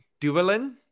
Duvalin